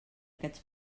aquests